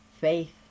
faith